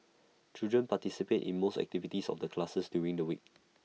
children participate in most activities of the class during the week